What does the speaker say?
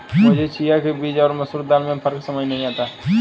मुझे चिया के बीज और मसूर दाल में फ़र्क समझ नही आता है